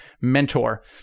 mentor